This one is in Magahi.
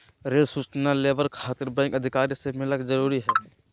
रेल सूचना लेबर खातिर बैंक अधिकारी से मिलक जरूरी है?